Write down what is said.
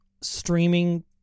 streaming